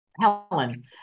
Helen